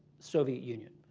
soviet union,